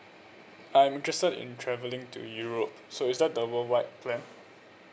I'm interested in travelling to europe so is that the worldwide plan